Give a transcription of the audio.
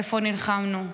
איפה נלחמנו,